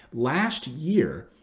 last year,